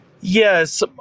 Yes